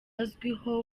azwiho